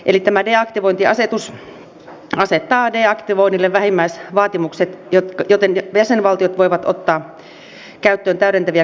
eli tämä deaktivointiasetus asettaa deaktivoinnille vähimmäisvaatimukset joten jäsenvaltiot voivat ottaa käyttöön täydentäviä kansallisia toimenpiteitä